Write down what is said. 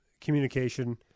communication